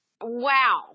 wow